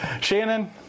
shannon